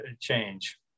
change